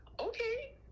Okay